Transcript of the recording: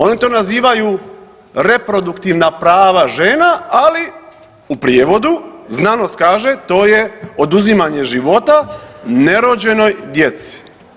Oni to nazivaju reproduktivna prava žena, ali u prijevodu, znanost kaže, to je oduzimanje života nerođenoj djeci.